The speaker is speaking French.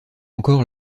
encore